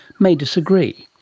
may disagree.